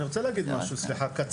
אני רוצה להגיד משהו קצר.